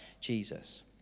Jesus